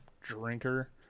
drinker